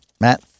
Matt